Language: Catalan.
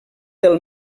del